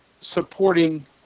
supporting